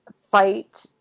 fight